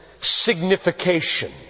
signification